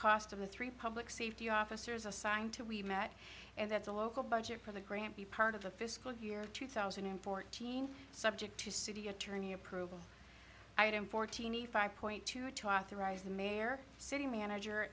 cost of the three public safety officers assigned to we met and that's a local budget for the grant be part of the fiscal year two thousand and fourteen subject to city attorney approval fortini five point two to authorize the mayor city manager